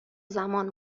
زمان